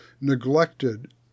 neglected